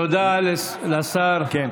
תודה לשר מאיר כהן.